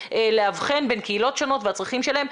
לאבחן בין קהילות שונות והצרכים שלהם,